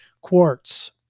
Quartz